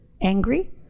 angry